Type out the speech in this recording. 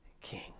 King